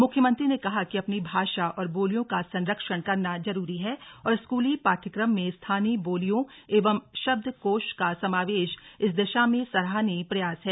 मुख्यमंत्री ने कहा कि अपनी भाषा और बोलियों का संरक्षण करना जरूरी है और स्कूली पाठ्यक्रम में स्थानीय बोलियों एवं शब्दकोष का समावेश इस दिशा में सराहनीय प्रयास है